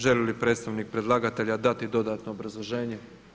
Želi li predstavnik predlagatelja dati dodatno obrazloženje?